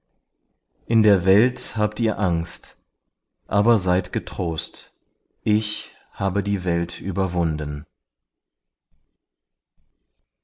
in der welt habt ihr angst aber seid getrost ich habe die welt überwunden